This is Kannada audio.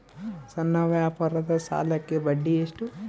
ಸಣ್ಣ ವ್ಯಾಪಾರದ ಸಾಲಕ್ಕೆ ಬಡ್ಡಿ ಎಷ್ಟು?